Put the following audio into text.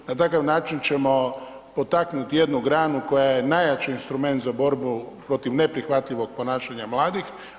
Na takav način ćemo potaknuti jednu granu koja je najjači instrument za borbu protiv neprihvatljivog ponašanja mladih.